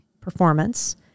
performance